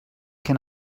can